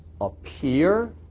appear